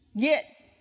Get